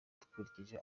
dukurikije